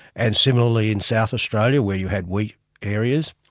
and similarly in south australia where you had wheat areas.